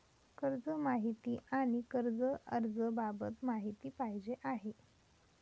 कर्ज माहिती आणि कर्ज अर्ज बाबत माहिती पाहिजे आहे